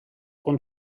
und